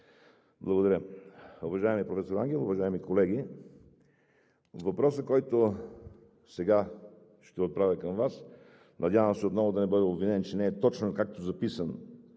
Благодаря. Уважаеми професор Ангелов, уважаеми колеги! Въпросът, който сега ще отправя към Вас – надявам се отново да не бъда обвинен, че не е точно както е записан